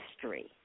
history